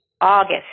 August